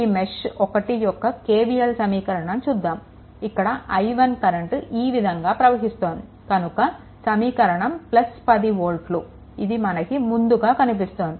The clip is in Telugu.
ఈ మెష్1 యొక్క KVL సమీకరణం చూద్దాము ఇక్కడ i1 కరెంట్ ఈ విధంగా ప్రవహిస్తోంది కనుక సమీకరణం 10 వోల్ట్లు ఇది మనకి ముందుగా కనిపిస్తోంది